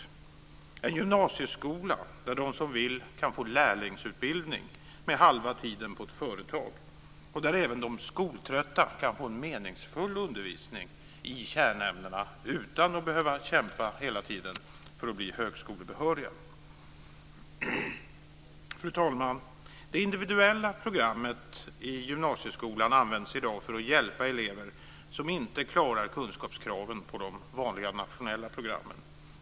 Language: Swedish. Vi vill ha en gymnasieskola där de som vill kan få lärlingsutbildning med halva tiden på ett företag, och där även de skoltrötta kan få en meningsfull undervisning i kärnämnena utan att hela tiden behöva kämpa för att bli högskolebehöriga. Fru talman! Det individuella programmet i gymnasieskolan används i dag för att hjälpa elever som inte klarar kunskapskraven på de vanliga nationella programmen.